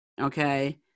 okay